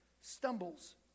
stumbles